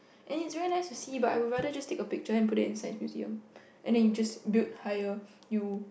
and it's very nice to see but I would rather take a picture and put it in Science Museum and then you just build higher you